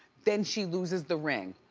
then she looses the ring.